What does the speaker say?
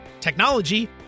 technology